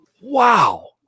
wow